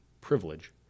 privilege